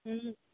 ହୁଁ